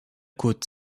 côte